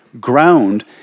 ground